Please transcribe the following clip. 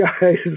guys